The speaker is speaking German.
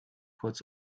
kurz